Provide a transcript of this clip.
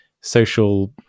social